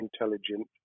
intelligent